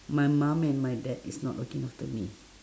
my mom and my dad is not looking after me